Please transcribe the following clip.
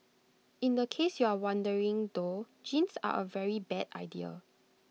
in the case you are wondering though jeans are A very bad idea